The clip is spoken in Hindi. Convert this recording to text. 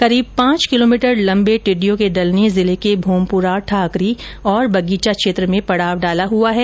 करीब पांच किलोमीटर लंबे टिड्डियों के दल ने जिले के भोमपुरा ठाकरी और बगीचा क्षेत्र में पडाव डाला हुआ है